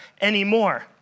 anymore